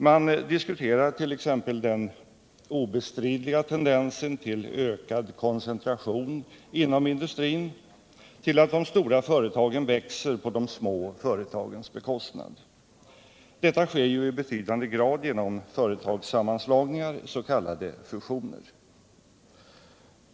Man diskuterar t.ex. den obestridliga tendensen till ökad koncentration inom industrin, att de stora företagen växer på de små företagens bekostnad. Detta sker i betydande grad genom företagssammanslagningar, s.k. fusioner.